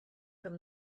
from